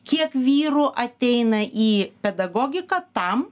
kiek vyrų ateina į pedagogiką tam